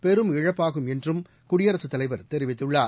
பெரும் இழப்பாகும் என்றும் குடியரசுத் தலைவர் தெரிவித்துள்ளார்